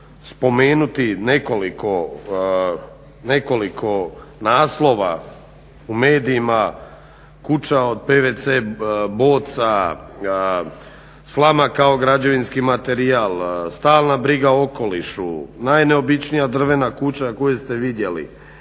spomenuti nekoliko naslova u medijima, kuća od PVC boca, slama kao građevinski materijal, stalna briga o okolišu, najneobičnija drvena kuća koju ste vidjeli,